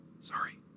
Sorry